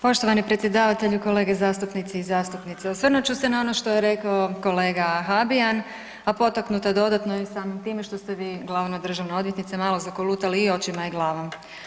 Poštovani predsjedavatelju, kolege zastupnici i zastupnice osvrnut ću se na ono što je rekao kolega Habijan, a potaknuta dodatno i samim time što ste vi glavna državna odvjetnica malo zakolutali i očima i glavom.